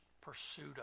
pursued